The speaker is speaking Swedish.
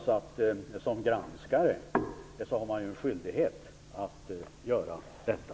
Som granskare har man ju skyldighet att göra detta.